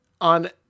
on